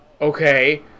Okay